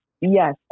Yes